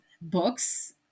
books